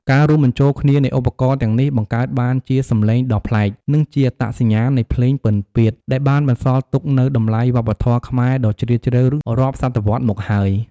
ការរួមបញ្ចូលគ្នានៃឧបករណ៍ទាំងនេះ បង្កើតបានជាសម្លេងដ៏ប្លែក និងជាអត្តសញ្ញាណនៃភ្លេងពិណពាទ្យ ដែលបានបន្សល់ទុកនូវតម្លៃវប្បធម៌ខ្មែររដ៏ជ្រាលជ្រៅរាប់សតវត្សរ៍មកហើយ។